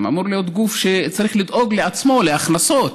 אמור להיות גוף שצריך לדאוג לעצמו להכנסות.